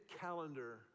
calendar